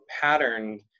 pattern